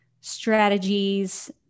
strategies